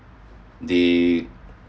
they